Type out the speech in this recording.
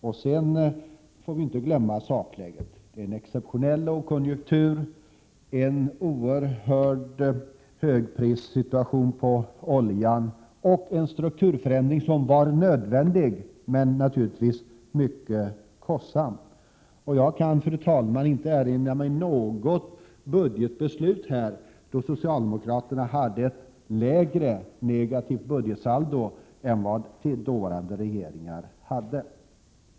Vi får inte heller glömma sakläget, nämligen en exceptionell lågkonjunktur, en oerhörd högprissituation när det gällde oljan och en strukturförändring som var nödvändig men naturligtvis mycket kostsam. Jag kan, fru talman, inte erinra mig något budgetbeslut då socialdemokraterna haft ett lägre negativt budgetsaldo än dåvarande regeringar hade.